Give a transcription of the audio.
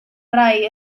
rai